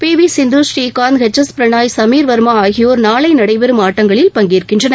B V Sindhu Srikanth H S Prannoy Sameer Verma ஆகியோர் நாளை நடைபெறம் ஆட்டங்களில் பங்கேற்கின்றனர்